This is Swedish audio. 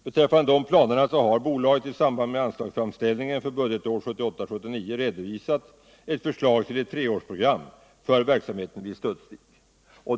Beträffande de planerna har bolaget i samband med anslagsframställningen för budgetåret 1978/79 redovisat ett förslag till ett treårsprogram för verksamheten vid Studsvik.